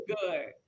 Good